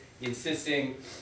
insisting